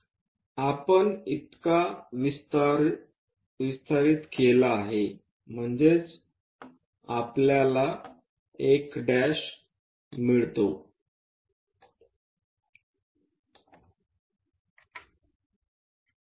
1 आपण इतका विस्तारित केला आहे म्हणजे आम्हाला 1' मिळाले